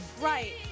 Right